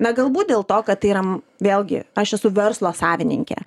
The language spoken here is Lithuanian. na galbūt dėl to kad tai yra vėlgi aš esu verslo savininkė